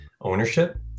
ownership